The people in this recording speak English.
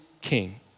king